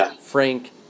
Frank